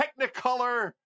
technicolor